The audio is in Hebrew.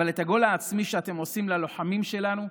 אבל את הגול העצמי שאתם עושים ללוחמים שלנו,